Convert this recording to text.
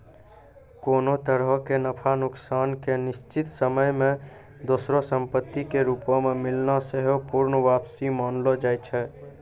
कोनो तरहो के नफा नुकसान के निश्चित समय मे दोसरो संपत्ति के रूपो मे मिलना सेहो पूर्ण वापसी मानलो जाय छै